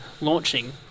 launching